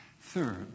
Third